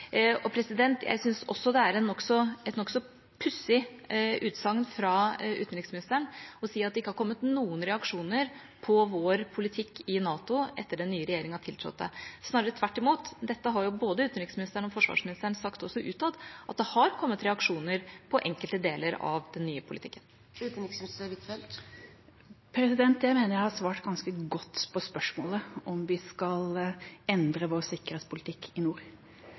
Jeg syns også det er et nokså pussig utsagn fra utenriksministeren å si at det ikke har kommet noen reaksjoner på vår politikk i NATO etter at den nye regjeringa tiltrådte. Snarere tvert imot har både utenriksministeren og forsvarsministeren sagt også utad at det har kommet reaksjoner på enkelte deler av den nye politikken. Jeg mener jeg har svart ganske godt på spørsmålet om vi skal endre vår sikkerhetspolitikk i nord.